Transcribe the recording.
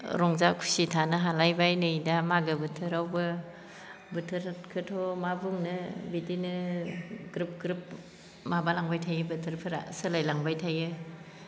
रंजा खुसि थानो हालायबाय नै दा मागो बोथोरावबो बोथोरखोथ' मा बुंनो बिदिनो ग्रोब ग्रोब माबालांबाय थायो बोथोरफोरा सोलायलांबाय थायो